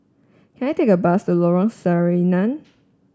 can I take a bus to Lorong Sarina